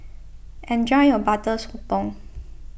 enjoy your Butter Sotong